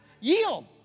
Yield